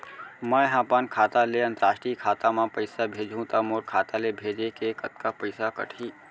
मै ह अपन खाता ले, अंतरराष्ट्रीय खाता मा पइसा भेजहु त मोर खाता ले, भेजे के कतका पइसा कटही?